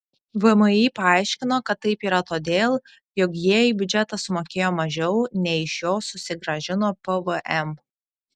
vmi paaiškino kad taip yra todėl jog jie į biudžetą sumokėjo mažiau nei iš jo susigrąžino pvm